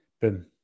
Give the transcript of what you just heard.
Boom